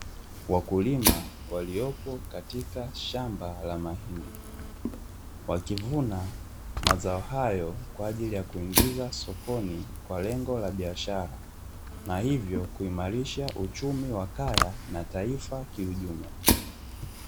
Wakulima waliopo katika shamba la mahindi, wakivuna mazao hayo kwa ajili ya kuingiza sokoni kwa lengo la biashara, na hivyo kuimarisha uchumi wa kaya na taifa kiujumla.